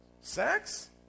Sex